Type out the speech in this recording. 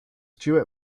duet